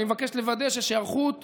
אני מבקש לוודא שיש היערכות מיטבית,